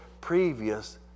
previous